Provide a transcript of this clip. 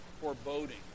foreboding